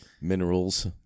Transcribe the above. minerals